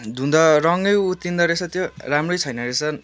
धुँदा रङै उत्रिँदो रहेछ त्यो राम्रै छैन रहेछ